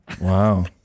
wow